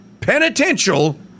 penitential